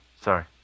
Sorry